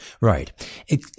Right